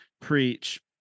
preach